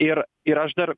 ir ir aš dar